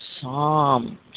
Psalms